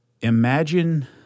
Imagine